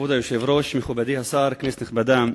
כבוד היושב-ראש, מכובדי השר, כנסת נכבדה,